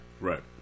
Right